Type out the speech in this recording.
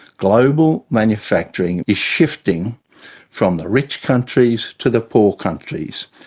global manufacturing is shifting from the rich countries to the poor countries.